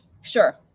sure